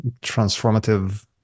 transformative